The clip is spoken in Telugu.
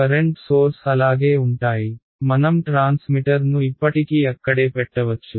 కరెంట్ సోర్స్ అలాగే ఉంటాయి మనం ట్రాన్స్మిటర్ను ఇప్పటికీ అక్కడే పెట్టవచ్చు